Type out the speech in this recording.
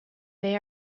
they